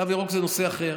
תו ירוק זה נושא אחר.